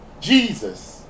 Jesus